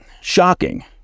shocking